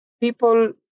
people